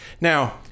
Now